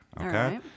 Okay